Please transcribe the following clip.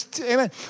Amen